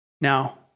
Now